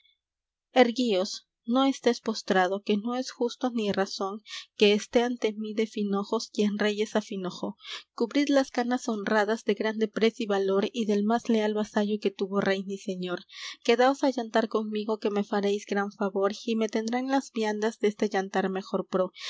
erguíos no estéis postrado que no es justo ni razón que esté ante mí de finojos quien reyes afinojó cubrid las canas honradas de grande prez y valor y del más leal vasallo que tuvo rey ni señor quedaos á yantar conmigo que me faréis gran favor y me tendrán las viandas deste yantar mejor pro